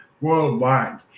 worldwide